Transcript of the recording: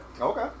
Okay